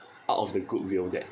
out of the good will that